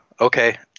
okay